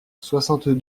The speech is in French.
soixante